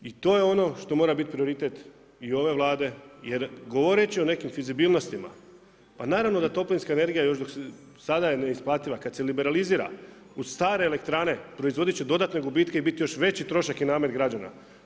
I to j ono što mora biti prioritet i ove Vlade jer govoreći o nekim fizibilnostima, pa naravno da toplinska energija sada je neisplativa, kad se liberalizira u stare elektrane, proizvodit će dodatne gubitke i biti još veći trošak i namet građana.